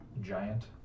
giant